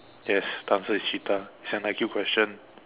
yes the answer is cheetah it's an I_Q question